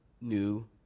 new